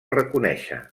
reconèixer